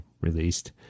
released